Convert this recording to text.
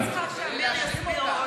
אני צריכה שעמיר יסביר.